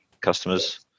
customers